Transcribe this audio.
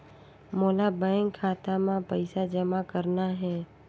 मोला बैंक खाता मां पइसा जमा करना हे?